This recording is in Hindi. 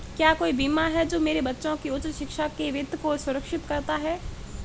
क्या कोई बीमा है जो मेरे बच्चों की उच्च शिक्षा के वित्त को सुरक्षित करता है?